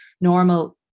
normal